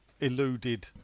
eluded